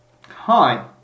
Hi